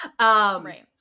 Right